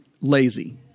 lazy